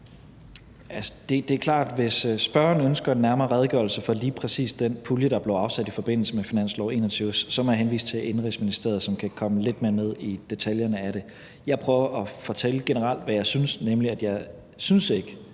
Det er klart, at hvis spørgeren ønsker en nærmere redegørelse for lige præcis den pulje, der blev afsat i forbindelse med finanslov 2021, må jeg henvise til Indenrigs- og Boligministeriet, som kan komme lidt mere ned i detaljerne af det. Jeg prøver at fortælle, hvad jeg generelt synes, nemlig at jeg ikke